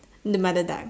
the mother duck